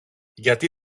γιατί